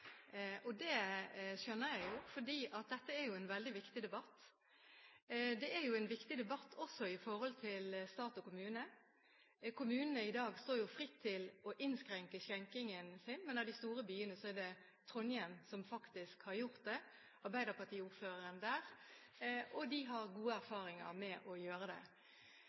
og det skjønner jeg jo, for dette er en veldig viktig debatt. Det er en viktig debatt også i forhold til stat og kommune. Kommunene står i dag fritt til å innskrenke skjenketiden, men av de store byene er det Trondheim og arbeiderpartiordføreren der som faktisk har gjort det, og de har gode erfaringer med det. Så har det vært store innvendinger også i forbindelse med dette. Det er mange dilemmaer. Men det